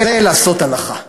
זה לעשות הנחה.